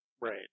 right